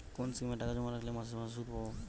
কোন স্কিমে টাকা জমা রাখলে মাসে মাসে সুদ পাব?